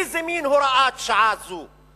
איזה מין הוראת שעה זו?